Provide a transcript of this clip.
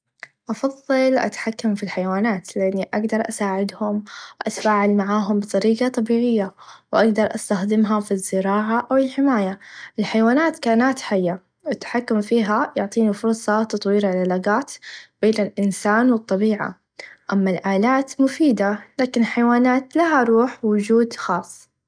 أفظل أتحكم في الحيوانات لإني أقدر أساعدهم أتفاعل معاهم بطريقه طبيعيه و أيضا أستخدمها في الزراعه أو الحمايه الحيوانات كائنات حيه التحكم فيها يعطيني فرصه تطوير العلاقات بين الإنسان و الطبيعه أما الآلات مفيده لاكن الحيوانات لها روح وچود خاص.